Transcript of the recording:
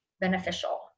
beneficial